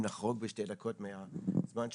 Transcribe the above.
ונחרוג בשתי דקות מהזמן שהוקצב,